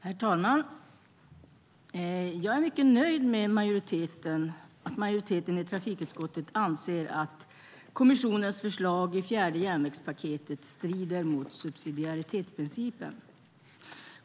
Herr talman! Jag är mycket nöjd med att majoriteten i trafikutskottet anser att kommissionens förslag i fjärde järnvägspaketet strider mot subsidiaritetsprincipen.